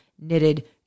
knitted